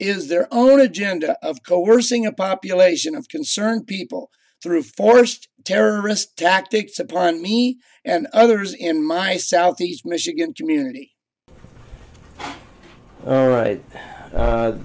is their own agenda of coercing a population of concerned people through forced terrorist tactics upon me and others in my southeast michigan community right